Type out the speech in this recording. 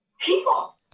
people